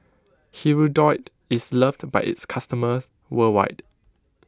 Hirudoid is loved by its customers worldwide